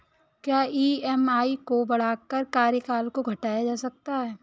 क्या ई.एम.आई को बढ़ाकर कार्यकाल को घटाया जा सकता है?